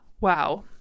Wow